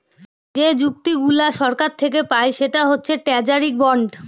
যে চুক্তিগুলা সরকার থাকে পায় সেটা হচ্ছে ট্রেজারি বন্ড